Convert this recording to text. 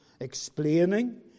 explaining